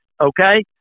okay